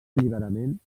alliberament